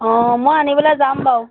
অঁ মই আনিবলৈ যাম বাৰু